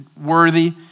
worthy